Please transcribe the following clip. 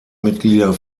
mitglieder